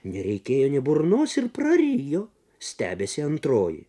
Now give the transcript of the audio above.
nereikėjo nė burnos ir prarijo stebisi antroji